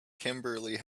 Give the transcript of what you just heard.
kimberly